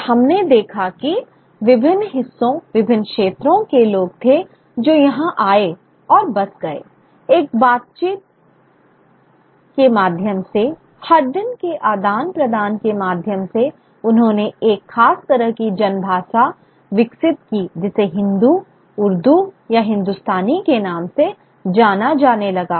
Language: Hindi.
और हमने देखा कि विभिन्न हिस्सों विभिन्न क्षेत्रों के लोग थे जो यहाँ आए और बस गए एक बातचीत के माध्यम से हर दिन के आदान प्रदान के माध्यम से उन्होंनेएक खास तरह की जनभाषा विकसित की जिसे हिंदी उर्दू या हिंदुस्तानी के नाम से जाना जाने लगा